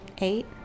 eight